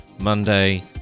Monday